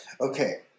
Okay